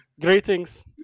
greetings